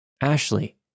Ashley